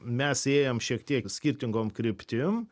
mes ėjom šiek tiek skirtingom kryptim